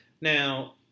Now